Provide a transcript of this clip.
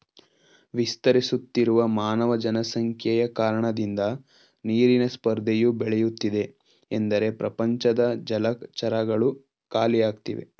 ವಿಸ್ತರಿಸುತ್ತಿರುವ ಮಾನವ ಜನಸಂಖ್ಯೆಯ ಕಾರಣದಿಂದ ನೀರಿನ ಸ್ಪರ್ಧೆಯು ಬೆಳೆಯುತ್ತಿದೆ ಎಂದರೆ ಪ್ರಪಂಚದ ಜಲಚರಗಳು ಖಾಲಿಯಾಗ್ತಿವೆ